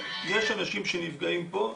יש אנשים שנפגעים פה.